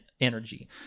energy